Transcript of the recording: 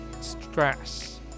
stress